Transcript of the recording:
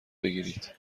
بگیرید